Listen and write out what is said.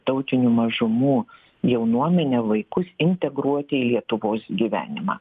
tautinių mažumų jaunuomenę vaikus integruoti į lietuvos gyvenimą